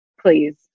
please